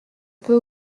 peut